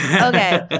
Okay